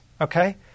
okay